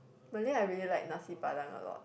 Malay I really like nasi-padang a lot